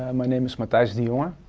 um my name is mathijs de um